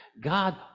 God